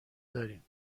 داریم